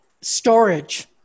Storage